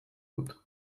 dut